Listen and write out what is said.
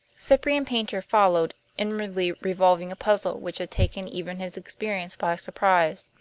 cyprian paynter followed, inwardly revolving a puzzle which had taken even his experience by surprise.